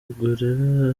aguilera